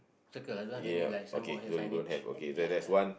circle i don't have any like signboard here signage ya